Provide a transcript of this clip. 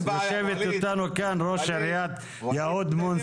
יושבת איתנו כאן ראש עיריית יהוד מונוסון.